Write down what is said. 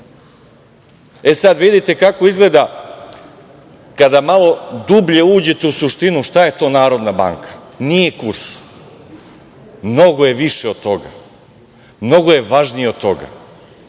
vidite kako izgleda kada malo dublje uđete u suštinu šta je to Narodna banka. Nije kurs, mnogo je više od toga, mnogo je važnije od toga,